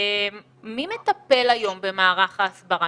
מי מטפל היום במערך ההסברה,